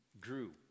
grew